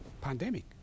pandemic